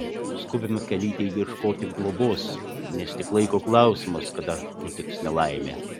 skubame kalytei ieškoti globos nes tik laiko klausimas kada nutiks nelaimė